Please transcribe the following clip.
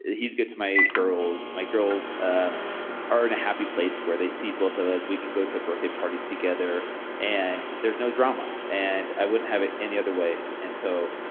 he's good to my girls. my girls ah are in a happy place where they see both of us. we can go to birthday parties together and there's no drama. and i wouldn't have any other way. and so,